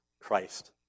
Christ